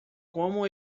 como